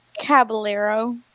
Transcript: Caballero